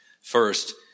First